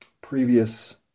previous